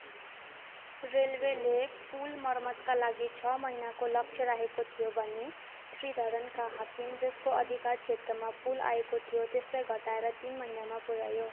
रेलवेले पुल मर्मतका लागि छ महिनाको लक्ष्य राखेको थियो भने श्रीधरनका हाकिम जसको अधिकार क्षेत्रमा पुल आएको थियो त्यसलाई घटाएर तिन महिनामा पुऱ्यायो